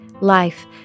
Life